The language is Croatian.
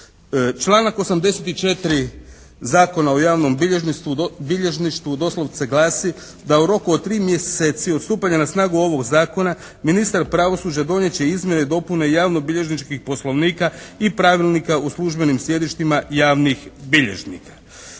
Članak 84. Zakona o javnom bilježništvu doslovce glasi da u roku od 3 mjeseci od stupanja na snagu ovog Zakona ministar pravosuđa donijet će izmjene i dopune javnobilježničkih poslovnika i pravilnika u službenim sjedištima javnih bilježnika.